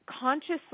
consciously